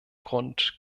grund